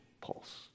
pulse